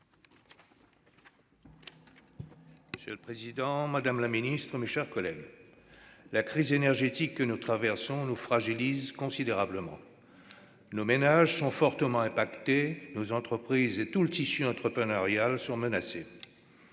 Monsieur le président, madame la ministre, mes chers collègues, la crise énergétique que nous traversons nous fragilise considérablement. Nos ménages sont fortement impactés, nos entreprises et tout le tissu entrepreneurial sont menacés.